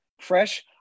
fresh